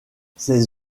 ses